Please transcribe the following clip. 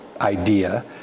idea